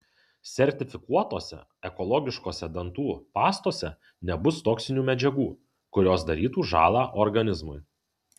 sertifikuotose ekologiškose dantų pastose nebus toksinių medžiagų kurios darytų žąlą organizmui